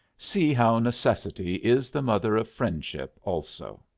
see how necessity is the mother of friendship, also.